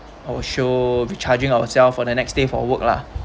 our show recharging ourselves for the next day for work lah